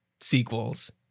sequels